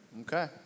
okay